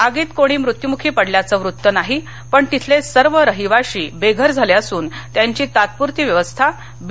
आगीत कोणी मृत्युमुखी पडल्याचं वृत्त नाही पण तिथले सर्व रहिवाशी बेघर झाले असून त्यांची तात्पुरती व्यवस्था बी